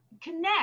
connect